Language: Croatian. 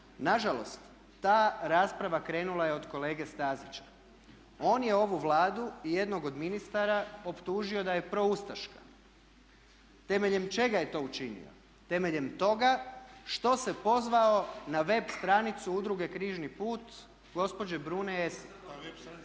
Nažalost ta rasprava krenula je od kolege Stazića. On je ovu Vladu i jednog od ministara optužio da je proustaška. Temeljem čega je to učinio, temeljem toga što se pozvao na web stranicu Udruge Križni put gospođe Brune Esih.